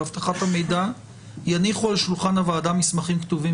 אבטחת המידע יניחו על שולחן הוועדה מסמכים כתובים